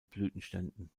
blütenständen